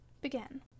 Begin